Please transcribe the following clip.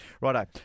Righto